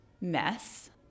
mess